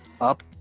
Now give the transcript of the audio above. up